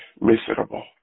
miserable